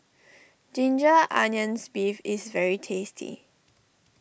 Ginger Onions Beef is very tasty